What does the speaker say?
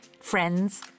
friends